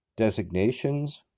designations